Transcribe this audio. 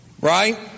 right